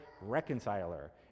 Reconciler